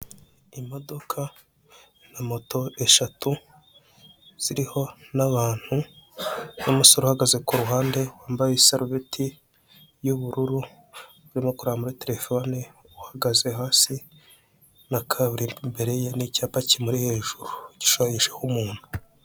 Imodoka na moto eshatu ziriho n'abantu, n'umusore uhagaze ku ruhande wambaye isarubeti y'ubururu urimo kureba muri terefone, uhagaze hasi na kaburimbo imbere ye n'icyapa kimuri hejuru gishushanyijeho umuntu.